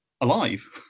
alive